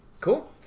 Cool